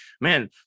man